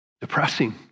depressing